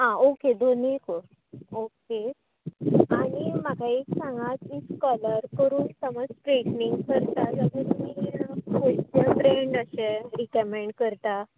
आं ओके दोनूय तर ओके आनी म्हाका एक सांगात इफ कल करून समज स्ट्रेटनींग करता जाल्यार रिकमेंड करता